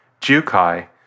jukai